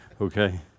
okay